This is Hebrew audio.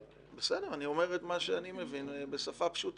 בסדר, אני אומר את מה שאני מבין בשפה פשוטה.